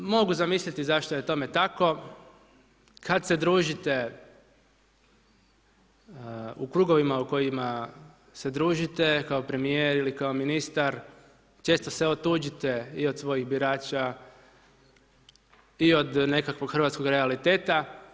Mogu zamisliti zašto je tome tako, kada se družite u krugovima u kojima se družite kao premijer ili kao ministar često se otuđite i od svojih birača i od nekakvog hrvatskog realiteta.